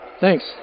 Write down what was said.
Thanks